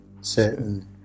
certain